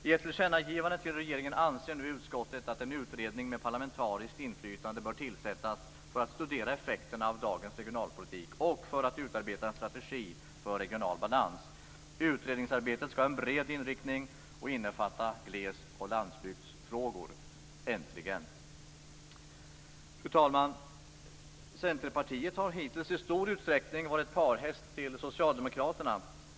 I ett tillkännagivande till regeringen anser nu utskottet att en utredning med parlamentariskt inflytande bör tillsättas för att studera effekterna av dagens regionalpolitik och för att utarbeta en strategi för regional balans. Utredningsarbetet skall ha en bred inriktning och innefatta glesbygds och landsbygdsfrågor. Äntligen! Fru talman! Centerpartiet har hittills i stor utsträckning varit parhäst till Socialdemokraterna.